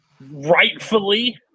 rightfully